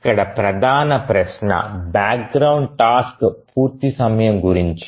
ఇక్కడ ప్రధాన ప్రశ్న బ్యాక్గ్రౌండ్ టాస్క్ పూర్తి సమయం గురించి